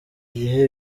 igihe